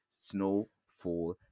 snowfall